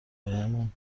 بهمون